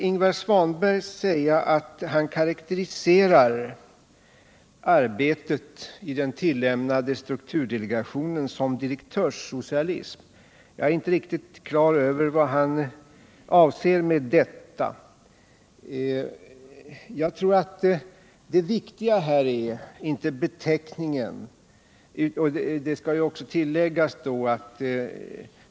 Ingvar Svanberg karakteriserar arbetet i den tillämnade strukturdelegationen som direktörssocialism. Jag är inte riktigt på det klara med vad han avser med detta, men det viktiga är naturligtvis inte beteckningen.